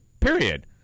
period